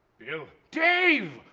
bill? dave!